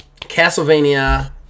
Castlevania